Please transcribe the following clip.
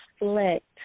reflect